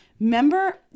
remember